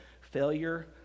failure